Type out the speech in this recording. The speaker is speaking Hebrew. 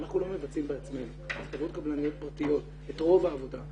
אנחנו לא מבצעים בעצמנו אלא חברות קבלניות פרטיות עושות את רוב העבודה.